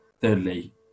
thirdly